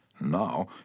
Now